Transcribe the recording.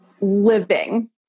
living